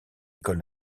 école